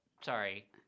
sorry